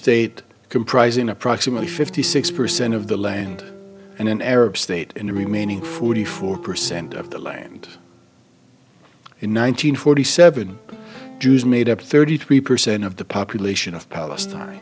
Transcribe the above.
state comprising approximately fifty six percent of the land and an arab state in the remaining forty four percent of the land in one nine hundred forty seven jews made up thirty three percent of the population of palestine